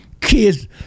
Kids